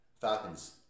Falcons